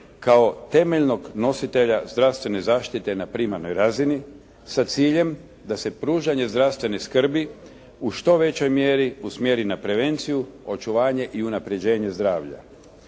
kao temeljnog nositelja zdravstvene zaštite na primarnoj razini sa ciljem da se pružanje zdravstvene skrbi u što većoj mjeri usmjeri na prevenciju, očuvanje i unapređenje zdravlja.